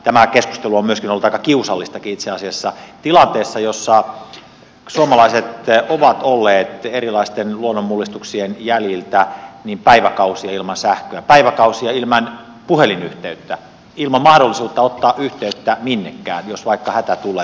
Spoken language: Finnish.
tämä keskustelu on myös ollut aika kiusallistakin itse asiassa tilanteessa jossa suomalaiset ovat olleet erilaisten luonnonmullistuksien jäljiltä päiväkausia ilman sähköä päiväkausia ilman puhelinyhteyttä ilman mahdollisuutta ottaa yhteyttä minnekään jos vaikka hätä tulee